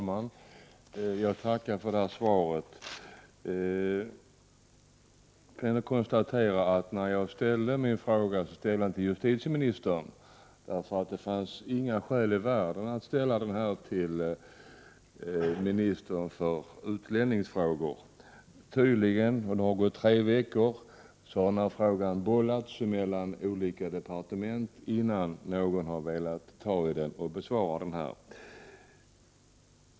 Herr talman! Jag tackar för svaret. När jag ställde min fråga riktade jag den till justitieministern, eftersom det inte fanns några skäl i världen för att ställa den till ministern för utlänningsfrågor. Under tre veckor har nu denna fråga tydligen bollats mellan olika departement innan någon velat ta itu med frågan och besvara den.